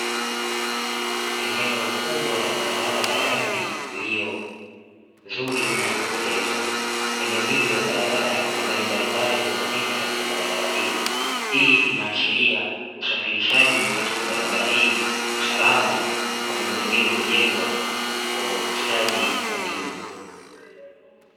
Eneo kubwa ya barabara ya lami iliyo nzuri na ya kupendeza. Eneo hili la barabara ina magari mbalimbali yakiwa yanapita katika barabara hiyo, hii inaashiria usafirishaji katika barabara hii ni salama kwa miundombinu iliyojengwa kwa ustadi wa juu.